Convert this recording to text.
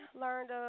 learned